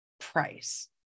price